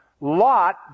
Lot